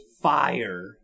Fire